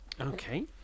Okay